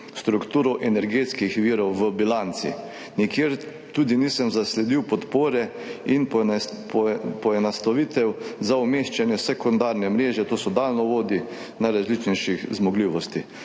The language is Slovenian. strukturo energetskih virov v bilanci. Nikjer tudi nisem zasledil podpore in poenostavitev za umeščanje sekundarne mreže, to so daljnovodi najrazličnejših zmogljivosti.